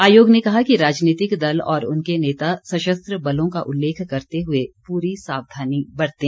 आयोग ने कहा कि राजनीतिक दल और उनके नेता सशस्त्र बलों का उल्लेख करते हुए पूरी सावधानी बरतें